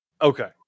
Okay